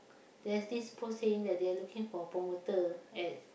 there's this post saying that they are looking for promoter at